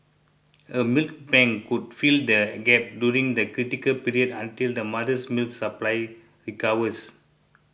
a milk bank could fill the gap during the critical period until the mother's milk supply recovers